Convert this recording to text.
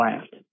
laughed